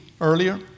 earlier